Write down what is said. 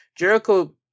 Jericho